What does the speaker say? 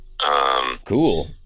Cool